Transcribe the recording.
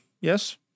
Yes